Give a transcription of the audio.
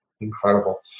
incredible